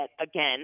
again